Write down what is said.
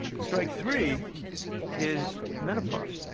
strike three is menopause.